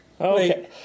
Okay